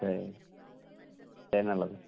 சரிங்க சரி நல்லது